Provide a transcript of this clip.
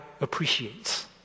appreciates